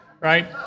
Right